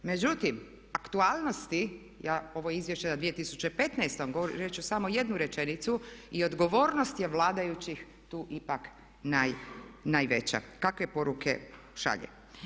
Međutim aktualnosti, ovo je Izvješće za 2015. godinu, reći ću samo jednu rečenicu i odgovornost je vladajućih tu ipak najveća kakve poruke šalje.